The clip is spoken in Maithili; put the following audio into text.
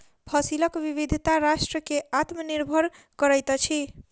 फसिलक विविधता राष्ट्र के आत्मनिर्भर करैत अछि